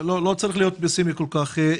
לא צריך להיות פסימי כל כך.